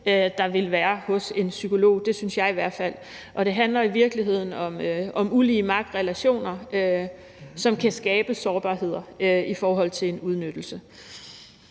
der vil være hos en psykolog. Det synes jeg i hvert fald. Det handler i virkeligheden om ulige magtrelationer, som kan skabe sårbarhed og mulighed for udnyttelse.